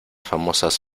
famosas